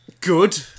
good